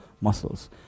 muscles